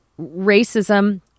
racism